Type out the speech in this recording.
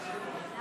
להלן